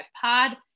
Pod